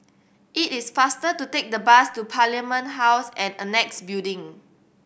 it is faster to take the bus to Parliament House and Annexe Building